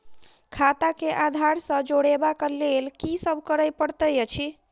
खाता केँ आधार सँ जोड़ेबाक लेल की सब करै पड़तै अछि?